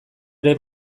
ere